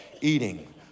eating